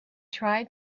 tried